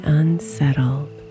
unsettled